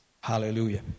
Hallelujah